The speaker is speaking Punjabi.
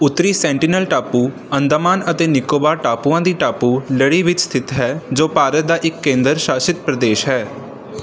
ਉੱਤਰੀ ਸੈਂਟੀਨਲ ਟਾਪੂ ਅੰਡੇਮਾਨ ਅਤੇ ਨਿਕੋਬਾਰ ਟਾਪੂਆਂ ਦੀ ਟਾਪੂ ਲੜੀ ਵਿੱਚ ਸਥਿਤ ਹੈ ਜੋ ਭਾਰਤ ਦਾ ਇੱਕ ਕੇਂਦਰ ਸ਼ਾਸਿਤ ਪ੍ਰਦੇਸ਼ ਹੈ